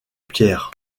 pierres